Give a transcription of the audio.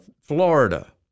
Florida